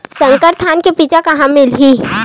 संकर धान के बीज कहां मिलही?